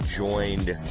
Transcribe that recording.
joined